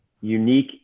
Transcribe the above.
unique